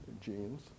genes